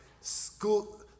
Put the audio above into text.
school